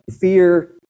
Fear